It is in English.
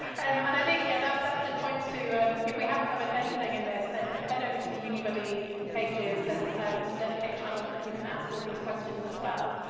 um and yeah but but just points to if we haven't covered anything in this, then head oaive to the uni buddy pages there's some dedicated channels but you can ask all these questions as well.